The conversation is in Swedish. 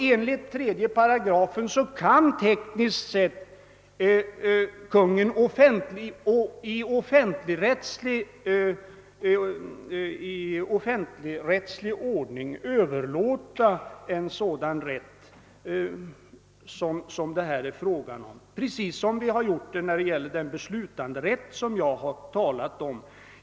Enligt 3 § kan Kungl. Maj:t tekniskt sett i offentligrättslig ordning överlåta en sådan rätt som det här är fråga om precis som har skett när det gäller den beslutanderätt vi har talat om.